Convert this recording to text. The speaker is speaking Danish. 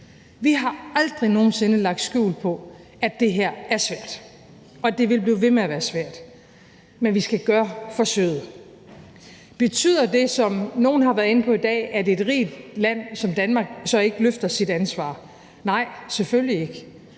Vi har aldrig nogen sinde lagt skjul på, at det her er svært, og det vil blive ved med at være svært, men vi skal gøre forsøget. Betyder det, som nogle har været inde på i dag, at et rigt land som Danmark så ikke løfter sit ansvar? Nej, selvfølgelig ikke,